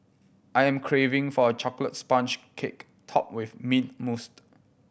I am craving for a chocolate sponge cake topped with mint mousse